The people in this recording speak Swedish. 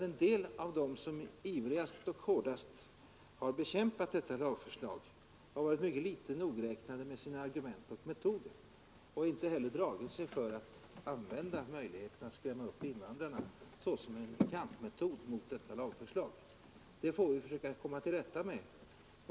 En del av dem som ivrigast och hårdast bekämpat detta lagförslag har varit mycket litet nogräknade med sina argument och metoder och har inte heller dragit sig för att såsom en kampmetod mot detta lagförslag använda möjligheterna att skrämma upp invandrarna, Det får vi försöka komma till rätta med.